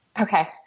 Okay